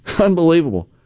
Unbelievable